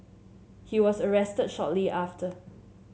he was arrested shortly after